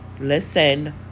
Listen